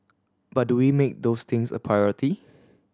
but do we make those things a priority